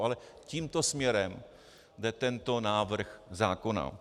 Ale tímto směrem jde tento návrh zákona.